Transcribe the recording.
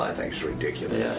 i think it's ridiculous.